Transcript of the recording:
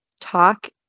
talk